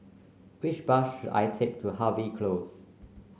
which bus should I take to Harvey Close